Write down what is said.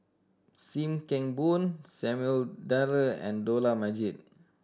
Sim Kee Boon Samuel Dyer and Dollah Majid